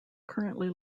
currently